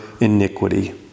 iniquity